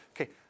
okay